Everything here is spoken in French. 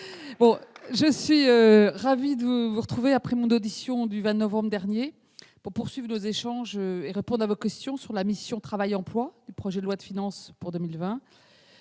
Je suis ravie de vous retrouver après mon audition du 20 novembre dernier pour poursuivre nos échanges et répondre à vos questions sur la mission « Travail et emploi » du projet de loi de finances pour 2020.